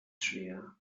schwer